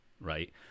right